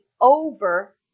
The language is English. over